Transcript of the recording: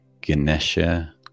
Ganesha